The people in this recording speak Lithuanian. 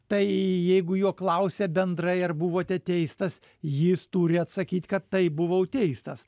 tai jeigu jo klausia bendrai ar buvote teistas jis turi atsakyt kad taip buvau teistas